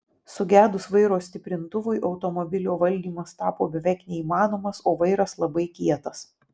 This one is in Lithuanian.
sugedus vairo stiprintuvui automobilio valdymas tapo beveik neįmanomas o vairas labai kietas